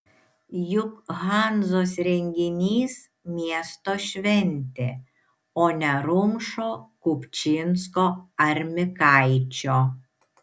juk hanzos renginys miesto šventė o ne rumšo kupčinsko ar mikaičio